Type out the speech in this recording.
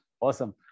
Awesome